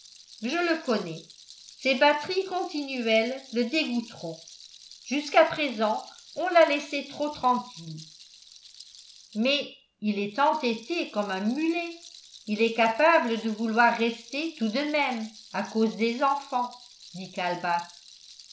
je le connais ces batteries continuelles le dégoûteront jusqu'à présent on l'a laissé trop tranquille mais il est entêté comme un mulet il est capable de vouloir rester tout de même à cause des enfants dit